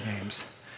games